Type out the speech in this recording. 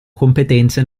competenze